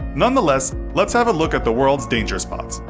nonetheless, let's have a look at the world's danger spots.